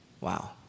Wow